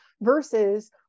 versus